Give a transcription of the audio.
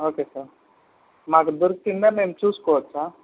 okay sir మాకు దొరికిందా మేము చూసుకోవచ్చా